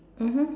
mmhmm